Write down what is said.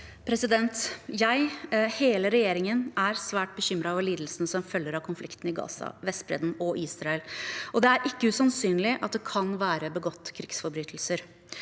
Jeg og hele regjeringen er svært bekymret over lidelsene som følger av konflikten i Gaza, på Vestbredden og i Israel. Det er ikke usannsynlig at det kan være begått krigsforbrytelser.